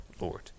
Lord